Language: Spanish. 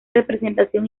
representación